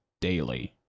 Daily